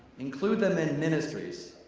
include them in ministries.